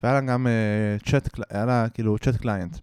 והיה לה גם כאילו Chat Client.